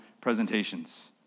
presentations